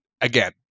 again